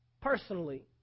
personally